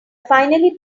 finally